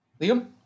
Liam